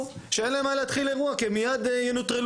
שאין להם מה להתחיל אירוע כי הם מיד ינוטרלו,